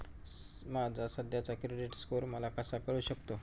माझा सध्याचा credit score मला कसा कळू शकतो?